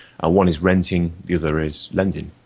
ah one is renting, the other is lending.